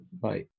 Bye